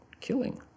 killing